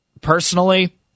personally